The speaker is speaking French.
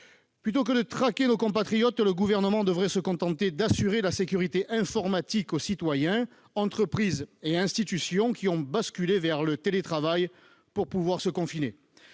Plutôt que de traquer nos compatriotes, le Gouvernement devrait se contenter d'assurer la sécurité informatique des citoyens, entreprises et institutions qui ont basculé vers le télétravail pour pouvoir se confiner.